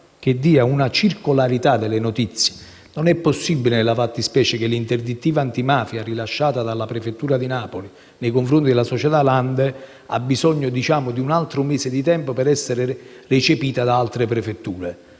che garantisca una circolarità delle notizie. Nella fattispecie, non è possibile che l'interdittiva antimafia rilasciata dalla prefettura di Napoli nei confronti della società Lande abbia bisogno di un altro mese di tempo per essere recepita da altre prefetture.